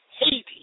Haiti